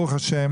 ברוך ה',